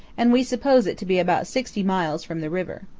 and we suppose it to be about sixty miles from the river.